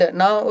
now